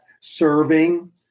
serving